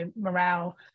morale